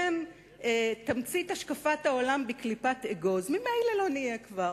הם תמצית השקפת העולם בקליפת אגוז: ממילא לא נהיה כבר,